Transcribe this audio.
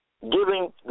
giving